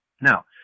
Now